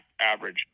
average